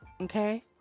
Okay